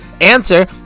answer